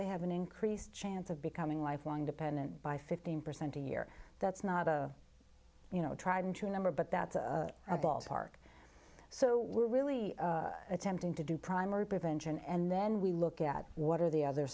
they have an increased chance of becoming lifelong dependent by fifteen percent a year that's not a you know tried and true number but that's a ballpark so we're really attempting to do primary prevention and then we look at what are the other